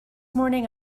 morning